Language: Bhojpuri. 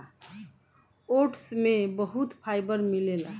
ओट्स में बहुत फाइबर मिलेला